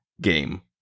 game